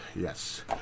Yes